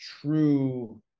true